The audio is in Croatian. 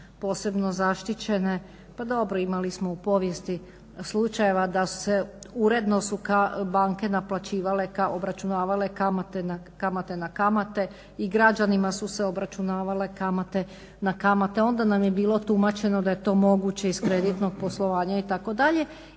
posebno zaštićene, pa dobro imali smo u povijesti slučajeva da su uredno banke naplaćivale, obračunavale kamate na kamate i građanima su se obračunavale kamate na kamate. Onda nam je bilo tumačeno da je to moguće iz kreditnog poslovanja itd.